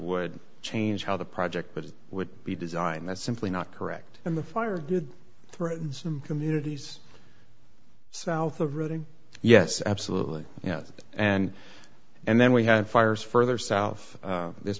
would change how the project but it would be designed that's simply not correct and the fire did threaten some communities south of routing yes absolutely yes and and then we had fires further south this